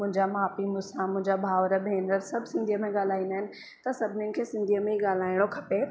मुंहिंजा माउ पीउ मूंसां मुंहिंजा भावर भेनर सभु सिंधीअ में ॻाल्हाईंदा आहिनि त सभनीनि खे सिंधीअ में ॻाल्हाइणो खपे